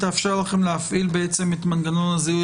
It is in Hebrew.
תאפשר לכם להפעיל בעצם את מנגנון הזיהוי